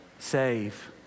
save